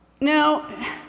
Now